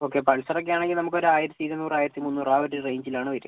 okay Pulsar ഒക്കെയാണെങ്കിൽ നമുക്കൊരു ആയിരത്തി ഇരുനൂറ് ആയിരത്തി മുന്നൂറ് ആ ഒരു റേഞ്ചിലാണ് വരുക